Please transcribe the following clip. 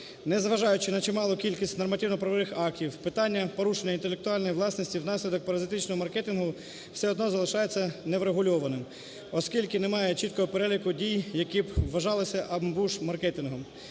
Не зважаючи на чималу кількість нормативно-правових актів, питання порушення інтелектуальної власності внаслідок паразитичного маркетингу все одно залишається неврегульованим, оскільки немає чіткого переліку дій, які б вважалися ambuch-маркетингом.